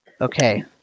Okay